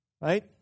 right